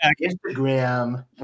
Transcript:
Instagram